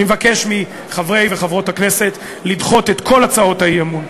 אני מבקש מחברי וחברות הכנסת לדחות את כל הצעות האי-אמון.